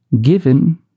given